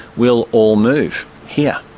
we'll all move here.